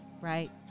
right